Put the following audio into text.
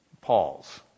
Paul's